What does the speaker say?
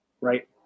right